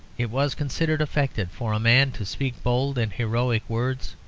it was considered affected for a man to speak bold and heroic words,